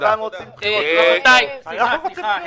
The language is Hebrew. אופציות, אין אופציה שלישית.